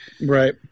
Right